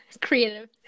creative